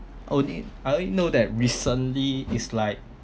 oh need I only know that recently is like